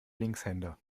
linkshänder